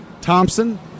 Thompson